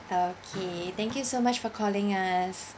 okay thank you so much for calling us